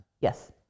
Yes